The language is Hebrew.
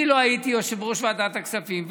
אני לא הייתי יושב-ראש ועדת הכספים,